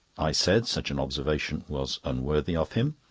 i said such an observation was unworthy of him.